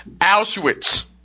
Auschwitz